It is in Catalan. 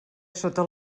sota